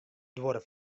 duorre